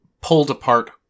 pulled-apart